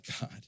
God